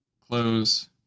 Close